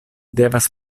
devas